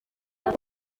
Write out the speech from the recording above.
kuri